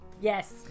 Yes